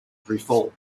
perform